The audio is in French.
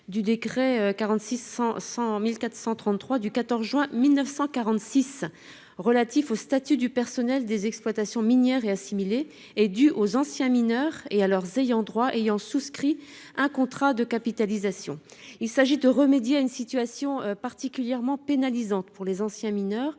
du décret n° 46-1433 du 14 juin 1946 relatif au statut du personnel des exploitations minières et assimilées, et dues aux anciens mineurs et à leurs ayants droit ayant souscrit un contrat de capitalisation. Il s'agit de remédier à une situation particulièrement pénalisante pour les anciens mineurs